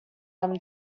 them